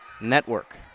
Network